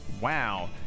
Wow